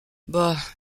bah